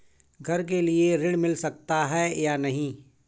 घर के लिए ऋण मिल सकता है या नहीं?